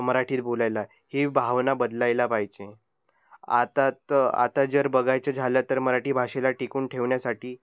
मराठीत बोलायला ही भावना बदलायला पाहिजे आता त आता जर बघायचं झालं तर मराठी भाषेला टिकून ठेवण्यासाठी